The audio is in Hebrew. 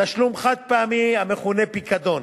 תשלום חד-פעמי המכונה פיקדון,